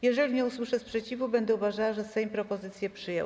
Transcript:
Jeżeli nie usłyszę sprzeciwu, będę uważała, że Sejm propozycję przyjął.